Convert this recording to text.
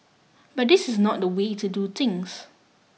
but this is not the way to do things